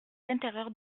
l’intérieur